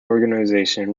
organization